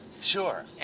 Sure